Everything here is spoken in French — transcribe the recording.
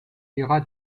ira